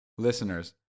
Listeners